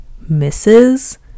misses